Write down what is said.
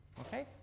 Okay